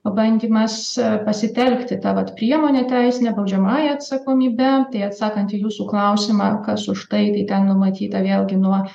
bandymas pasitelkti tą vat priemonę teisinę baudžiamąja atsakomybe tai atsakant į jūsų klausimą kas už tai ten numatyta vėlgi nuo